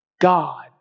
God